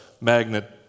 magnet